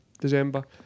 December